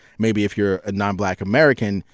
maybe if you're a non-black american,